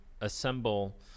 assemble